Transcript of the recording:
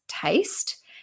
taste